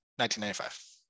1995